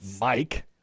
Mike